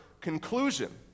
conclusion